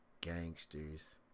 gangsters